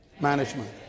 management